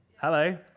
Hello